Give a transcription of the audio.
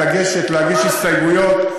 לגשת ולהגיש הסתייגויות.